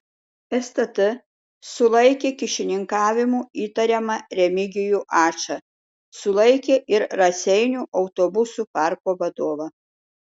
stt sulaikė kyšininkavimu įtariamą remigijų ačą sulaikė ir raseinių autobusų parko vadovą